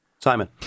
Simon